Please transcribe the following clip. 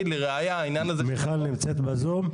מיכל נמצאת בזום?